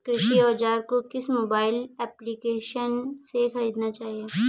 कृषि औज़ार को किस मोबाइल एप्पलीकेशन से ख़रीदना चाहिए?